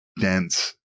dense